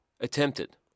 Attempted